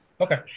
Okay